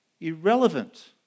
irrelevant